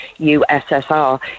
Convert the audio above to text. USSR